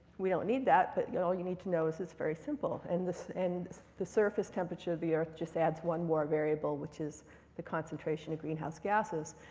we don't need that, but yeah all you need to know is it's very simple. and and the surface temperature of the earth just adds one more variable, which is the concentration of greenhouse gases.